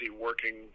working